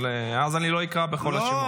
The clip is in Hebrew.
ואז אני לא אקרא בכל השמות.